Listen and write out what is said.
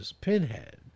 Pinhead